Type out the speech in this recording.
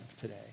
today